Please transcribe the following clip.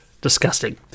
Disgusting